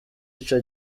ico